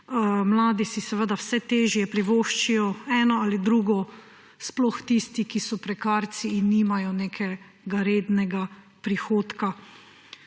Mladi si seveda vse težje privoščijo eno ali drugo, sploh tisti, ki so prekarci in nimajo nekega rednega prihodka,